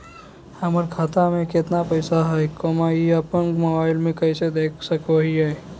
हमर खाता में केतना पैसा हई, ई अपन मोबाईल में कैसे देख सके हियई?